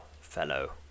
fellow